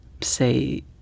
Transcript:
say